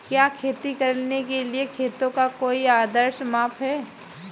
क्या खेती के लिए खेतों का कोई आदर्श माप है?